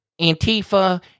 antifa